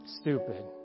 stupid